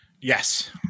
Yes